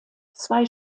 zwei